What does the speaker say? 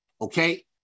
Okay